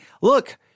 look